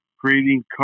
creating